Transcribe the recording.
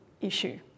issue